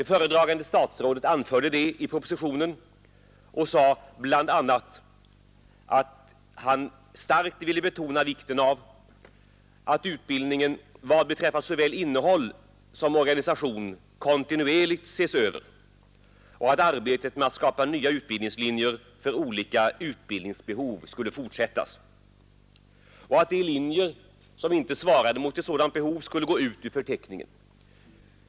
Föredragande statsrådet anförde det i propositionen och sade bl.a. att han starkt ville betona vikten av att utbildningen vad beträffar såväl innehåll som organisation kontinuerligt ses över och att arbetet med att skapa nya utbildningslinjer för olika utbildningsbehov skulle fortsättas samt att de linjer som inte svarade mot ett sådant behov skulle gå ut ur förteckningen.